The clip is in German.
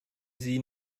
sie